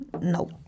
No